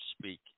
speak